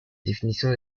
définition